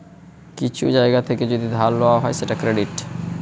কিছু জায়গা থেকে যদি ধার লওয়া হয় সেটা ক্রেডিট